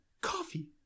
coffee